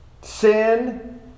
Sin